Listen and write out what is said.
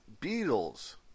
Beatles